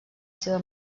seva